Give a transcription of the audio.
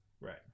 Right